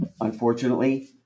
unfortunately